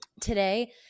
Today